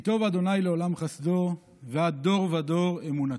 כי טוב ה' לעולם חסדו ועד דֺר וׇדֺר אמונתו".